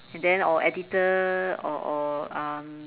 and then or editor or or um